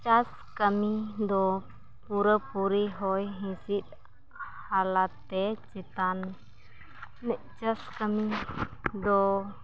ᱪᱟᱥ ᱠᱟᱹᱢᱤᱫᱚ ᱯᱩᱨᱟᱹᱯᱩᱨᱤ ᱦᱚᱭ ᱦᱤᱸᱥᱤᱫᱽ ᱦᱟᱞᱟᱛᱮ ᱪᱮᱛᱟᱱ ᱢᱤᱫ ᱪᱟᱥ ᱠᱟᱹᱢᱤᱫᱚ